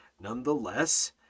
nonetheless